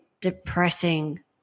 depressing